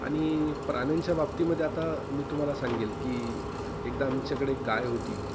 आणि प्राण्यांच्या बाबतीमध्ये आता मी तुम्हाला सांगेल की एकदा आमच्याकडे एक गाय होती